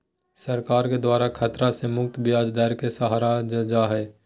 सरकार के द्वारा खतरा से मुक्त ब्याज दर के सराहल जा हइ